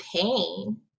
pain